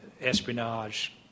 espionage